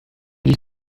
dich